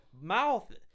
mouth